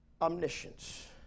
omniscience